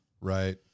Right